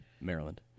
Maryland